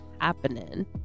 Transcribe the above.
happening